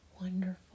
wonderful